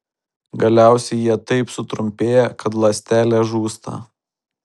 galiausiai jie taip sutrumpėja kad ląstelė žūsta